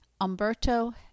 Umberto